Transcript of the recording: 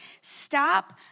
stop